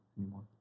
anymore